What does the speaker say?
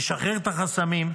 לשחרר את החסמים,